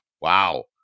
wow